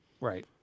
Right